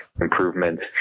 improvements